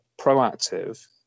proactive